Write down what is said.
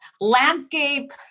landscape